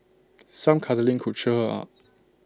some cuddling could cheer her up